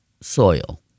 soil